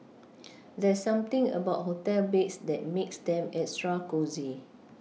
there's something about hotel beds that makes them extra cosy